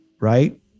right